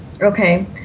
Okay